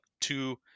two